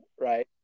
right